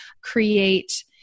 create